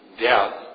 death